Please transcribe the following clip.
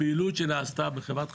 הפעילות שנעשתה בחברה חשמל,